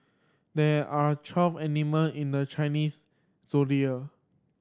there are twelve animal in the Chinese Zodiac